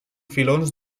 filons